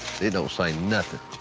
it don't say nothing.